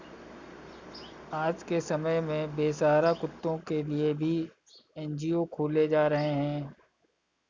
आज के समय में बेसहारा कुत्तों के लिए भी एन.जी.ओ खोले जा रहे हैं